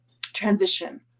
transition